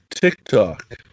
TikTok